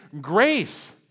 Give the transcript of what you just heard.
grace